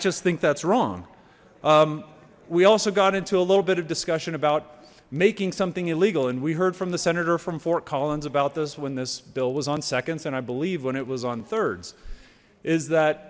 just think that's wrong we also got into a little bit of discussion about making something illegal and we heard from the senator from fort collins about this when this bill was on seconds and i believe when it was on thirds is that